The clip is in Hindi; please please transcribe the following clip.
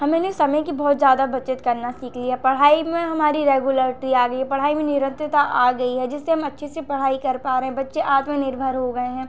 हमने समय की बहुत ज़्यादा बचत करना सीख लिया है पढ़ाई में हमारी रेगुलरटी आ गई है पढ़ाई में निरंतता आ गई है जिससे हम अच्छे से पढ़ाई कर पा रहें हैं बच्चे आत्मनिर्भर हो गए हैं